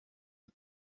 iyi